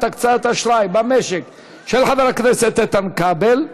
הקצאת אשראי במשק של חבר הכנסת איתן כבל,